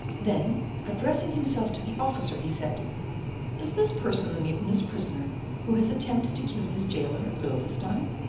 then addressing himself to the officer, he said is this person the mutinous prisoner who has attempted to kill his jailer at loewestein?